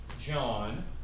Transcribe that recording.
John